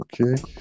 Okay